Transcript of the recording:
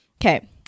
Okay